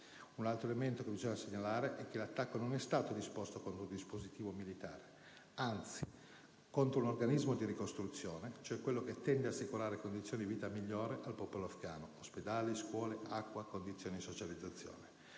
Un altro elemento che bisogna segnalare è che l'attacco non è stato disposto contro un dispositivo militare; si è trattato anzi di un attacco contro un organismo di ricostruzione, che tende ad assicurare condizioni di vita migliori al popolo afgano (ospedali, scuole, acqua, condizioni di socializzazione).